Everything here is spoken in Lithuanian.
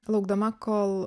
laukdama kol